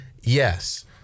Yes